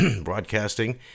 broadcasting